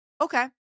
Okay